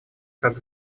как